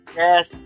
yes